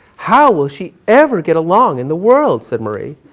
how will she ever get along in the world, said marie.